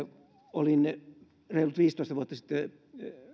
olin reilut viisitoista vuotta sitten